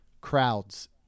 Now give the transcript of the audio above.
crowds